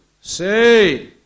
Say